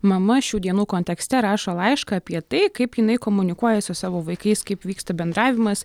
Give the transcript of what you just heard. mama šių dienų kontekste rašo laišką apie tai kaip jinai komunikuoja su savo vaikais kaip vyksta bendravimas